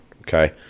okay